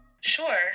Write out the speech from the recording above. Sure